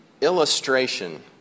illustration